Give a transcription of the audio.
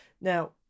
Now